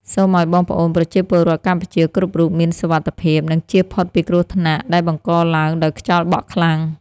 សូមឱ្យបងប្អូនប្រជាពលរដ្ឋកម្ពុជាគ្រប់រូបមានសុវត្ថិភាព និងចៀសផុតពីគ្រោះថ្នាក់ដែលបង្កឡើងដោយខ្យល់បក់ខ្លាំង។